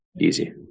Easy